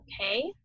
okay